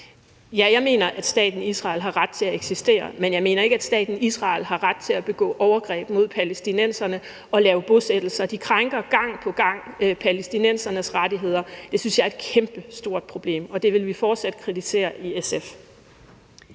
Ja, jeg mener, at staten Israel har ret til at eksistere, men jeg mener ikke, at staten Israel har ret til at begå overgreb mod palæstinenserne og lave bosættelser. De krænker gang på gang palæstinensernes rettigheder. Det synes jeg er et kæmpestort problem, og det vil vi fortsat kritisere i SF.